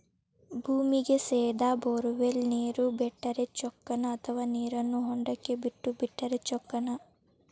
ಭೂಮಿಗೆ ಸೇದಾ ಬೊರ್ವೆಲ್ ನೇರು ಬಿಟ್ಟರೆ ಚೊಕ್ಕನ ಅಥವಾ ನೇರನ್ನು ಹೊಂಡಕ್ಕೆ ಬಿಟ್ಟು ಬಿಟ್ಟರೆ ಚೊಕ್ಕನ?